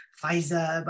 Pfizer